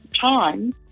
time